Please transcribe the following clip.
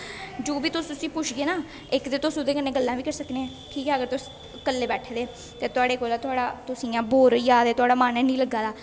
जो बी तुस उस्सी पुच्छगे नां इक ते उस ओहदे कन्नै गल्लां बी करी सकने ठीक ऐ अगर तुस इक्कलै बैठे दे ते थुआढ़े कोला तुस इ'यां बोरी होई जारदे थुआढ़ा मन है निं लग्गा दा